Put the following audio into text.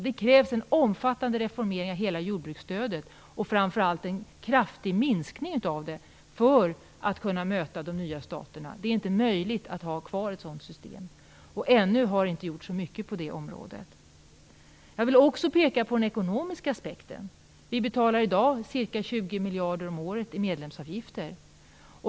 Det krävs en omfattande reformering av hela jordbruksstödet, och framför allt en kraftig minskning av det, för att kunna möta de nya staterna. Det är inte möjligt att ha kvar ett sådant system. Det har ännu inte gjorts så mycket på det området. Jag vill också peka på den ekonomiska aspekten. Vi betalar i dag ca 20 miljarder kronor om året i medlemsavgifter.